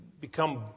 become